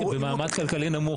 כי במעמד כללי נמוך,